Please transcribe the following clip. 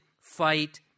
fight